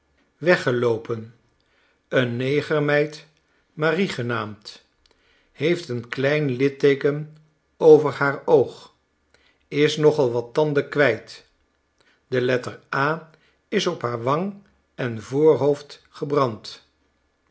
weggeloopen een negermeid marie genaamd heeft een klein litteeken over haar oog is nogal wat tanden kwijt de letter a is op haar wang en voorhoofd gebrand